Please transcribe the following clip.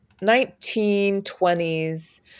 1920s